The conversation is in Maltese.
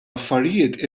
affarijiet